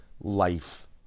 life